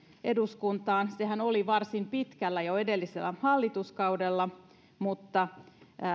eduskuntaan sehän oli varsin pitkällä jo edellisellä hallituskaudella mutta